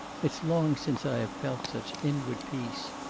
it's long since i have felt such inward peace.